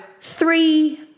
three